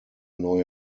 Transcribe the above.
neue